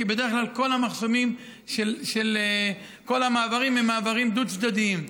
כי בדרך כלל כל המחסומים של כל המעברים הם מעברים דו-צדדיים,